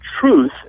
truth